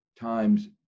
times